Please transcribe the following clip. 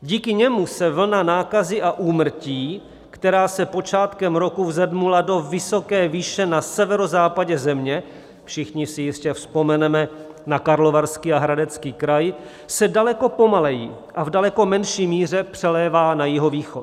Díky němu se vlna nákazy a úmrtí, která se počátkem roku vzedmula do vysoké výše na severozápadě země, všichni si jistě vzpomeneme na Karlovarský a Hradecký kraj, daleko pomaleji a v daleko menší míře přelévá na jihovýchod.